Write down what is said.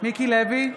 מיקי לוי,